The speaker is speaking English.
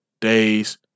days